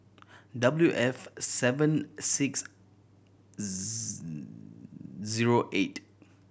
W F seven six zero eight